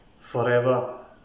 Forever